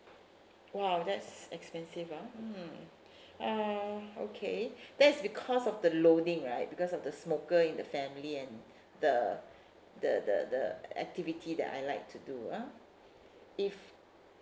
!wow! that's expensive ah mm ah okay that's because of the loading right because of the smoker in the family and the the the the the activity that I like to do ah if